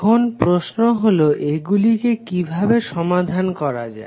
এখন প্রশ্ন হলো এগুলিকে কিভাবে সমাধান করা যায়